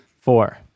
Four